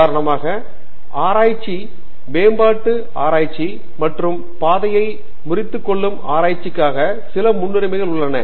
பானிகுமார் உதாரணமாக ஆராய்ச்சி மேம்பாட்டு ஆராய்ச்சி மற்றும் பாதையை முறித்துக் கொள்ளும் ஆராய்ச்சிக்காக சில முன்னுரிமைகள் உள்ளன